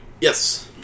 Yes